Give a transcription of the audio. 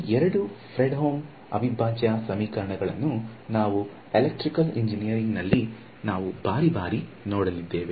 ಈ ಎರಡು ಫ್ರೆಡ್ಹೋಮ್ ಅವಿಭಾಜ್ಯ ಸಮೀಕರಣಗಳನ್ನು ನಾವು ಎಲೆಕ್ಟ್ರಿಕಲ್ ಎಂಜಿನಿಯರಿಂಗ್ ನಲ್ಲಿ ನಾವು ಬಾರಿ ಬಾರಿ ನೋಡಲಿದ್ದೇವೆ